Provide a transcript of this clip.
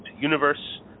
universe